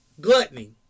gluttony